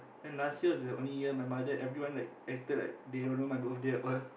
then last year was the only year my mother everyone like acted like they don't know my birthday at all